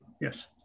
yes